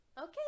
okay